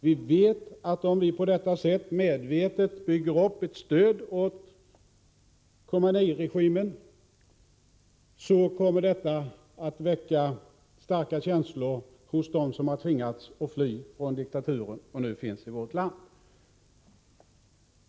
Vi vet att om vi på detta sätt medvetet bygger upp ett stöd åt Khomeiniregimen, kommer detta att väcka starka känslor hos dem som delser och utbildningssamarbete med Iran har tvingats fly från diktaturen och nu finns i vårt land.